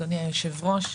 אדוני היושב-ראש,